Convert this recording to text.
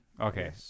Okay